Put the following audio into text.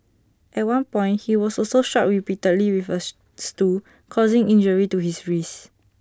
at one point he was also struck repeatedly with A stool causing injury to his wrist